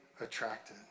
attracted